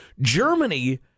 Germany